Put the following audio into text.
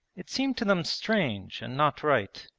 it seemed to them strange and not right.